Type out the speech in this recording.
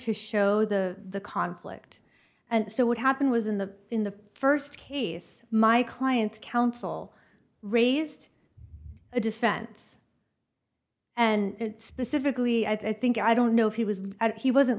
to show the conflict and so what happened was in the in the st case my client's counsel raised a defense and specifically i think i don't know if he was he wasn't